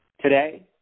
Today